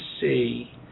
see